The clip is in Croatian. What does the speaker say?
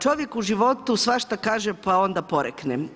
Čovjek u životu svašta kaže pa onda porekne.